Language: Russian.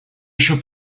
еще